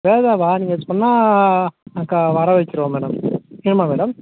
வேதாவா நீங்கள் சொன்னால் நாங்க வர வைக்கிறோம் மேடம் நிச்சயமாக மேடம்